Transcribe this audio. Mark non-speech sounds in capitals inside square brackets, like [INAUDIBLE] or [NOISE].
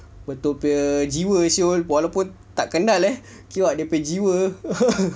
betul punya jiwa [siol] walaupun tak kenal eh kiwak dia punya jiwa [LAUGHS]